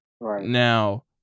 now